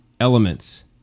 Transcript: elements